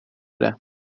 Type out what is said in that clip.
det